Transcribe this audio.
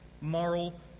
moral